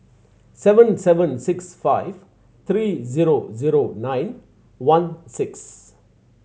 seven seven six five three zero zero nine one six